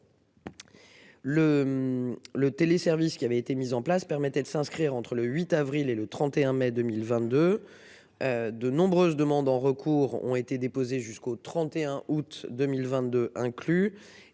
Le téléservice qui avait été mise en place permettait de s'inscrire entre le 8 avril et le 31 mai 2022. De nombreuses demandes en recours ont été déposés jusqu'au 31 août 2022 inclus.